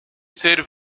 ser